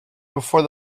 before